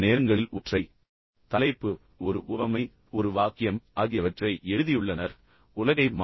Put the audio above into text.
மக்கள் சில நேரங்களில் ஒற்றை தலைப்பு ஒரு உவமை ஒரு வாக்கியம் ஆகியவற்றை எழுதியுள்ளனர் இது உலகை மாற்றியுள்ளது